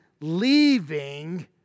leaving